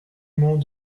mont